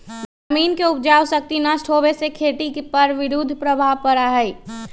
जमीन के उपजाऊ शक्ति नष्ट होवे से खेती पर विरुद्ध प्रभाव पड़ा हई